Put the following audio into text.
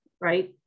right